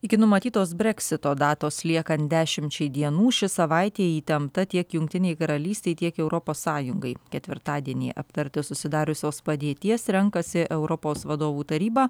iki numatytos breksito datos liekant dešimčiai dienų ši savaitė įtempta tiek jungtinei karalystei tiek europos sąjungai ketvirtadienį aptarti susidariusios padėties renkasi europos vadovų taryba